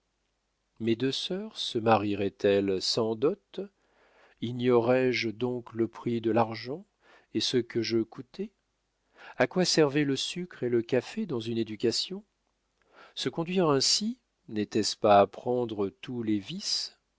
mes deux sœurs se marieraient elles sans dot ignorais je donc le prix de l'argent et ce que je coûtais a quoi servaient le sucre et le café dans une éducation se conduire ainsi n'était-ce pas apprendre tous les vices